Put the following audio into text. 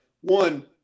one